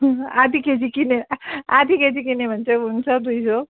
आधी केजी किने आ केजी किने भने चाहिँ हुन्छ दुई सौ